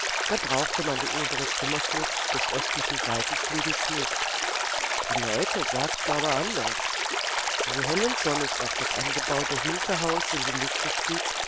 da brauchte man die obere zimmerflucht des östlichen seitenflügels nicht die leute sagten aber anderes so hell und sonnig auch das angebaute hinterhaus in die lüfte stieg